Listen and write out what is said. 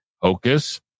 Hocus